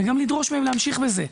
וגם לדרוש מהם להמשיך בזה.